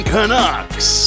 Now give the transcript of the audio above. Canucks